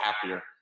happier